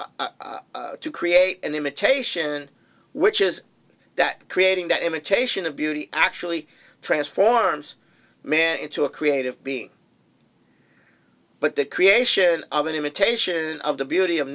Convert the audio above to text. formulate to create an imitation which is that creating that imitation of beauty actually transforms man into a creative being but the creation of an imitation of the beauty of